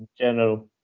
general